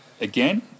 again